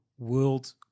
World